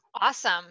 Awesome